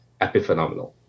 epiphenomenal